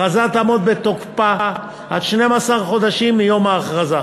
ההכרזה תעמוד בתוקפה עד 12 חודשים מיום ההכרזה,